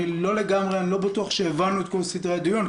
אני לא לגמרי בטוח שהבנו את כל סדרי הדיון,